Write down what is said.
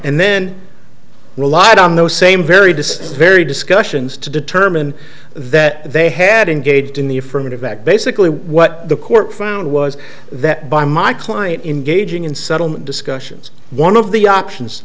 and then relied on those same very dismayed discussions to determine that they had engaged in the affirmative act basically what the court found was that by my client engaging in settlement discussions one of the options